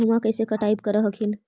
गेहुमा कैसे कटाई करब हखिन?